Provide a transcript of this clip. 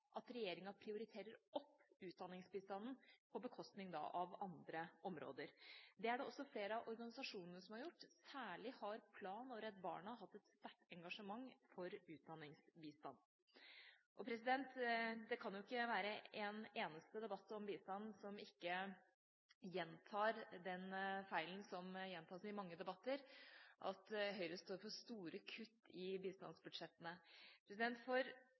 at regjeringa prioriterer opp utdanningsbistanden på bekostning av andre områder. Det er det også flere av organisasjonene som har gjort; særlig har Plan og Redd Barna hatt et sterkt engasjement for utdanningsbistand. Det kan visst ikke være en eneste debatt om bistand som ikke gjentar den feilen som gjentas i mange debatter, at Høyre står for store kutt i bistandsbudsjettene. For 2013 er vårt alternative budsjett 900 mill. kr høyere enn det regjeringas budsjett for